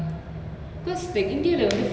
ரொம்ப:romba big and like very